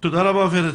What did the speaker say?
תודה רבה ורד.